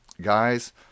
Guys